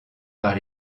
par